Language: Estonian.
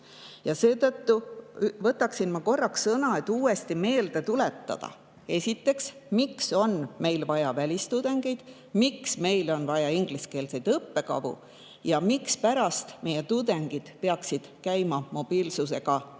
Seetõttu tahan korraks uuesti meelde tuletada, esiteks, miks on meil vaja välistudengeid, miks meil on vaja ingliskeelseid õppekavu ja mispärast meie tudengid peaksid käima mobiilsusega